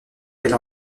elle